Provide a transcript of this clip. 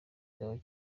kibaye